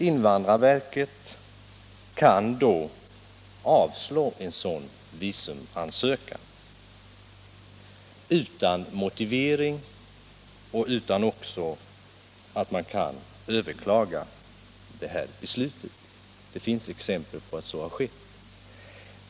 Invandrarverket kan avslå en visumansökan utan motivering och utan att vederbörande kan överklaga beslutet. Det finns exempel på att sådant skett.